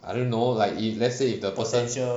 I don't know like if let's say if the person